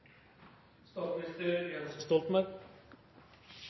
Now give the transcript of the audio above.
statsminister Jens Stoltenberg